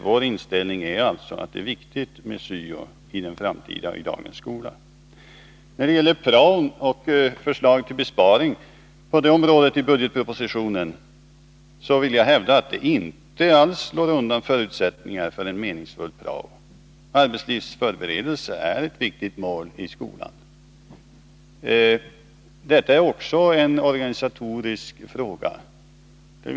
Vår inställning är alltså att det är viktigt med syo i dagens och framtidens skola. När det gäller budgetpropositionens förslag till besparingar i fråga om prao vill jag hävda att dessa besparingar inte alls slår undan förutsättningarna för en meningsfull prao. Arbetslivsförberedelse är ett viktigt mål i skolan. Detta är också en organisatorisk fråga.